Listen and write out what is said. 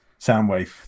Soundwave